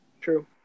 True